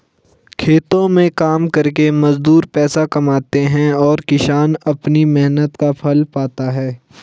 खेतों में काम करके मजदूर पैसे कमाते हैं और किसान अपनी मेहनत का फल पाता है